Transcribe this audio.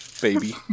baby